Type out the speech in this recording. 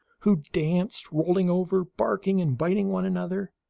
who danced, roll ing over, barking and biting one another,